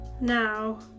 Now